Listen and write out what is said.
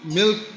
milk